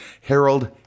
Harold